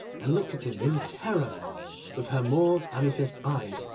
and looked at him in terror with her mauve-amethyst eyes,